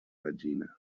vagina